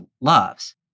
loves